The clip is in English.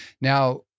Now